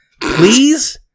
Please